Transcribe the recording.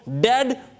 dead